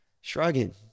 shrugging